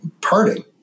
parting